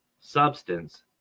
substance